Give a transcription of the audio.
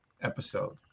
episode